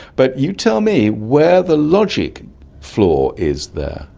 but you tell me where the logic flaw is there.